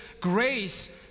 grace